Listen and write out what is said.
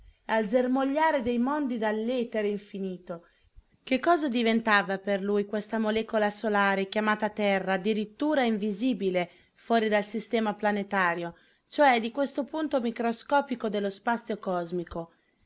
al germogliare dei mondi dall'etere infinito che cosa diventava per lui questa molecola solare chiamata terra addirittura invisibile fuori del sistema planetario cioè di questo punto microscopico dello spazio cosmico